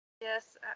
Yes